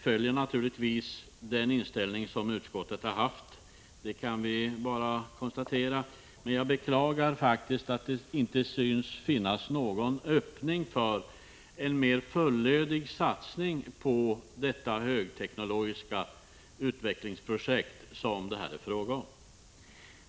följer naturligtvis den inställning som utskottet har haft — det är bara att konstatera. Jag beklagar faktiskt att det inte synes finnas någon öppning för en mer fullödig satsning på det högteknologiska utvecklingsprojekt som det här är fråga om.